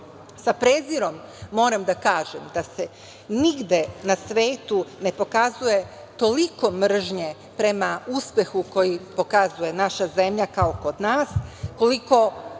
prezirom moram da kažem da se nigde na svetu ne pokazuje toliko mržnje prema uspehu koji pokazuje naša zemlja kao kod nas, koliko